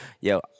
yo